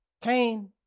Cain